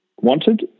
wanted